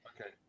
okay